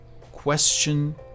question